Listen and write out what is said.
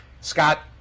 Scott